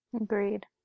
Agreed